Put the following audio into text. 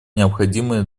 необходимые